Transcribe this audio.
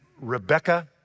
Rebecca